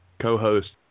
co-host